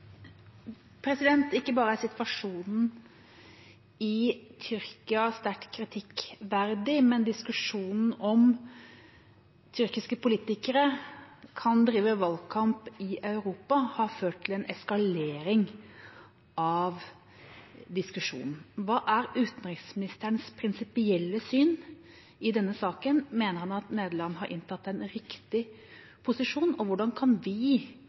situasjonen i Tyrkia sterkt kritikkverdig, men diskusjonen om hvorvidt tyrkiske politikere kan drive valgkamp i Europa, har ført til en eskalering av diskusjonen. Hva er utenriksministerens prinsipielle syn i denne saken – mener han at Nederland har inntatt en riktig posisjon? Og hvordan kan vi